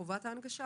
למעשה לחובת ההנגשה.